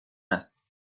است